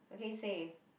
okay say